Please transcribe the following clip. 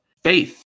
faith